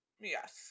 Yes